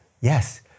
Yes